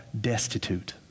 destitute